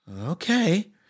okay